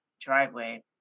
driveway